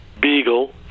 Beagle